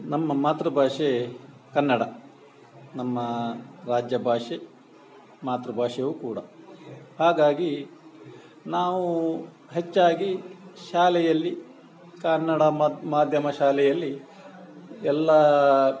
ನಮ್ಮ ಮಾತೃಭಾಷೆ ಕನ್ನಡ ನಮ್ಮ ರಾಜ್ಯ ಭಾಷೆ ಮಾತೃಭಾಷೆಯು ಕೂಡ ಹಾಗಾಗಿ ನಾವು ಹೆಚ್ಚಾಗಿ ಶಾಲೆಯಲ್ಲಿ ಕನ್ನಡ ಮಾದ್ ಮಾಧ್ಯಮ ಶಾಲೆಯಲ್ಲಿ ಎಲ್ಲ